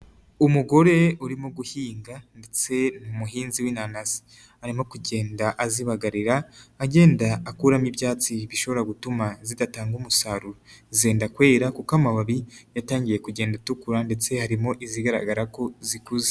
Umugore urimo guhinga ndetse ni umuhinzi w'inanasi, arimo kugenda azibagarira agenda akuramo ibyatsi bishobora gutuma zidatanga umusaruro, zenda kwera kuko amababi yatangiye kugenda atukura ndetse harimo izigaragara ko zikuze.